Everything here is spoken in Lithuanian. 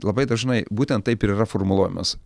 labai dažnai būtent taip ir yra formuluojamas